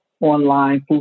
online